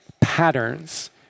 patterns